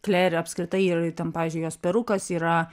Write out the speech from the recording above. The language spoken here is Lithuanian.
kler apskritai ir ten pavyzdžiui jos perukas yra